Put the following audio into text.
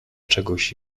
czegoś